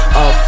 up